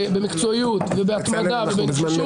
במקצועיות ובהתמדה ובנחישות.